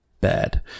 bad